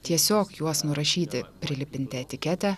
tiesiog juos nurašyti prilipinti etiketę